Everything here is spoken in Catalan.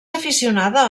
aficionada